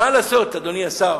מה לעשות, אדוני השר?